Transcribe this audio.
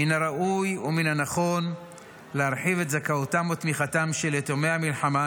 מן הראוי ומן הנכון להרחיב את זכאותם ותמיכתם של יתומי המלחמה,